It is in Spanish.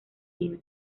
vino